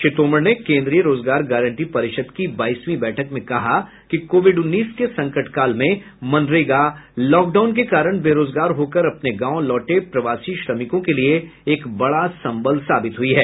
श्री तोमर ने केंद्रीय रोजगार गारंटी परिषद की बाईसवीं बैठक में कहा कि कोविड उन्नीस के संकटकाल में मनरेगा लॉकडाउन के कारण बेरोजगार होकर अपने गांव लौटे प्रवासी श्रमिकों के लिए एक बड़ा संबल साबित हुई है